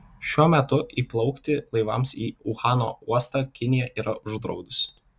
šiuo metu įplaukti laivams į uhano uostą kinija yra uždraudusi